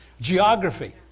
Geography